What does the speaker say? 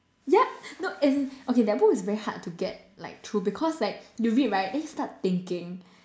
ya no and okay that book is very hard to get like through because like you read right then you start thinking